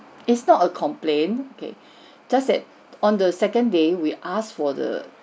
it's not a complaint okay just that on the second day we asked for the